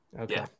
Okay